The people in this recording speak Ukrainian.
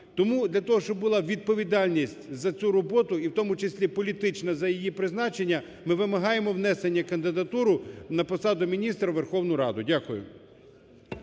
Тому для того, щоб була відповідальність за цю роботу і в тому числі політична за її призначення, ми вимагаємо внесення кандидатуру на посаду міністра в Верховну Раду. Дякую.